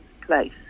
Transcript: place